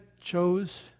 chose